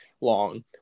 long